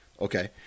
okay